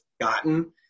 gotten